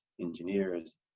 engineers